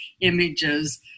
images